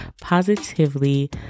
positively